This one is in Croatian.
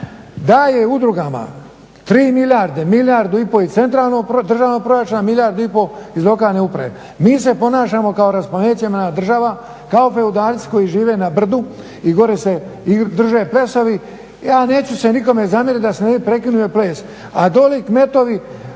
daje udrugama 3 milijarde, milijardu i pol iz centralnog državnog proračuna, milijardu i pol iz lokalne uprave. Mi se ponašamo kao raspamećena država, kao feudalci koji žive na brdu i gore se drže plesovi. Ja neću se nikome zamjeriti da se prekine ples, a dole kmetovi